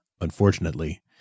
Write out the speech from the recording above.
Unfortunately